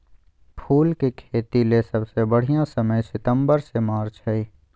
फूल के खेतीले सबसे बढ़िया समय सितंबर से मार्च हई